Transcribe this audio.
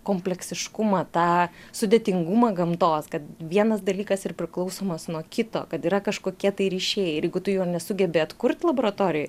kompleksiškumą tą sudėtingumą gamtos kad vienas dalykas ir priklausomas nuo kito kad yra kažkokie tai ryšiai ir jeigu tu jo nesugebi atkurt laboratorijoj